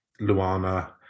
Luana